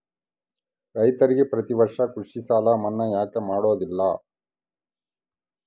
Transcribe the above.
ರೈತರಿಗೆ ಪ್ರತಿ ವರ್ಷ ಕೃಷಿ ಸಾಲ ಮನ್ನಾ ಯಾಕೆ ಮಾಡೋದಿಲ್ಲ?